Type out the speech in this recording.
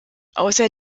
außer